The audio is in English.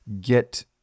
get